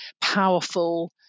powerful